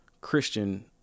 Christian